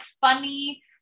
funny